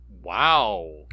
Wow